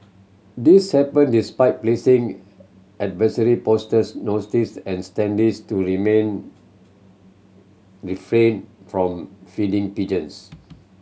this happen despite placing advisory posters notice and standees to remain refrain from feeding pigeons